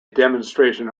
demonstration